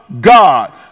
God